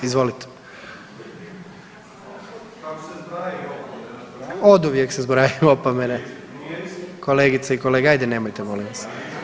Izvolite. … [[Upadica se ne razumije.]] Oduvijek se zbrajaju opomene kolegice i kolege. … [[Upadica se ne razumije.]] Hajde nemojte molim vas.